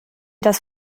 das